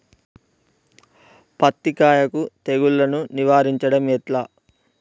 పత్తి కాయకు తెగుళ్లను నివారించడం ఎట్లా?